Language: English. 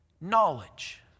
knowledge